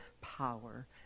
power